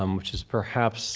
um which is perhaps